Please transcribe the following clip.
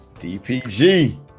DPG